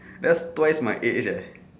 thats twice my age eh